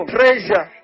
treasure